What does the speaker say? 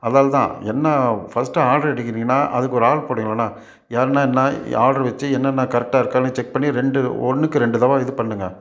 அதனாலதான் என்ன first order எடுக்குறீங்கன்னால் அதுக்கு ஒரு ஆள் போடுங்க என்ன யாருன்னால் என்ன ஆட்ரு வச்சு என்னென்ன கரெக்டாக இருக்கான்னு செக் பண்ணி ரெண்டு ஒன்றுக்கு ரெண்டு தபா இது பண்ணுங்க